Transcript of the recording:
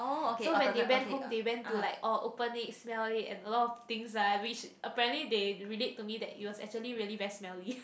so when they went home they went to like oh open it smell it and a lot of things lah which apparently they relate to me that it was actually really very smelly